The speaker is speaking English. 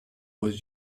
was